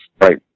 Right